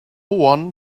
one